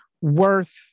Worth